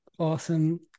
Awesome